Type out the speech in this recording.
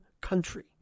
country